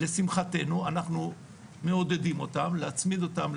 לשמחתנו אנחנו מעודדים אותם להצמיד אותם,